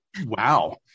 wow